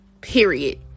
period